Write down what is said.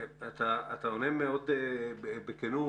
אתה עונה מאוד בכנות.